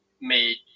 made